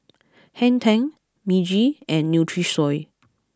Hang Ten Meiji and Nutrisoy